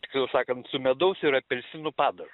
tiksliau sakant su medaus ir apelsinų padažu